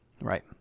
right